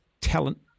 talent